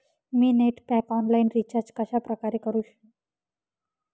मी net pack online recharge कशाप्रकारे करु?